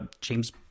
james